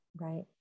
right